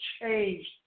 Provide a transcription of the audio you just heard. changed